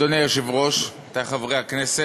אדוני היושב-ראש, עמיתי חברי הכנסת,